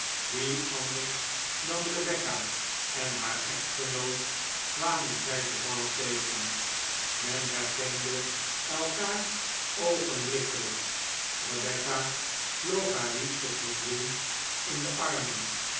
wie anders dan rebecca en haar echtgenoot kwamen zij toevallig tegen men herkende elkaar oogenblikkelijk rebecca vloog haar liefste vriendin in de armen